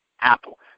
Apple